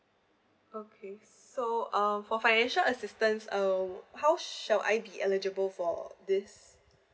okay so um for financial assistance uh how shall I be eligible for this